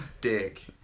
dick